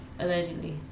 Allegedly